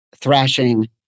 thrashing